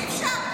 אי-אפשר.